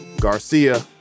Garcia